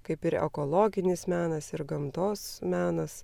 kaip ir ekologinis menas ir gamtos menas